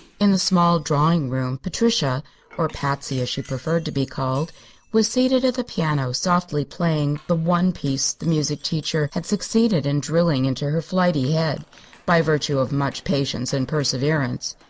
in the small drawing room patricia or patsy, as she preferred to be called was seated at the piano softly playing the one piece the music teacher had succeeded in drilling into her flighty head by virtue of much patience and perseverance.